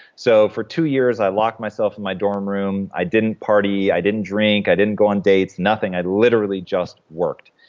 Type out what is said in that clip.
so for two years, i locked myself in my dorm room. i didn't party. didn't drink. i didn't go on dates. nothing. i literally just worked.